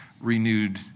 renewed